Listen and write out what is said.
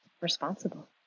responsible